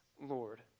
Lord